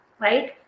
right